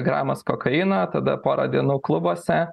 gramas kokaino tada porą dienų klubuose